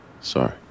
Sorry